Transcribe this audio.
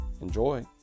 Enjoy